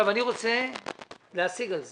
אני רוצה עכשיו להשיג על זה.